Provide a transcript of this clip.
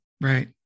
Right